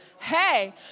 Hey